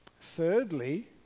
Thirdly